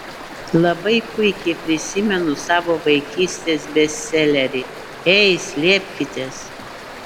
labai puikiai prisimenu savo vaikystės bestselerį ei slėpkitės